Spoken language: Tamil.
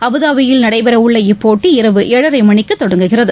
அபுதாபி யில் நடைபெறவுள்ள இப்போட்டி இரவு ஏழரைமணிக்குதொடங்குகிறது